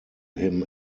him